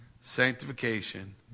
sanctification